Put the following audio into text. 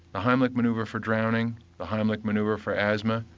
the heimlich manoeuvre for drowning, the heimlich manoeuvre for asthma,